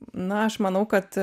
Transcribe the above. na aš manau kad